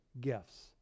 gifts